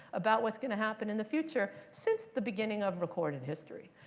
about what's going to happen in the future since the beginning of recorded history.